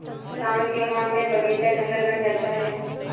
सावन के माह में बगीचा जंगल बन जाता है